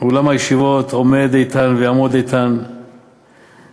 עולם הישיבות עומד איתן ויעמוד איתן ויילחם,